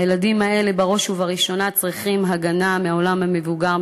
הילדים האלה בראש ובראשונה צריכים הגנה מהעולם המבוגר,